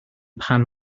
pan